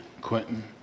Quentin